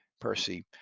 Percy